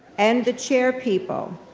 and the chair people,